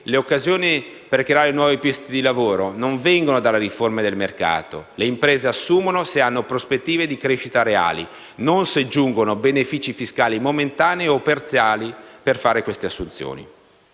le occasioni per creare nuovi posti di lavoro non vengono dalla riforma del mercato: le imprese assumono se hanno prospettive di crescita reali, non se giungono benefici fiscali momentanei o parziali per fare assunzioni.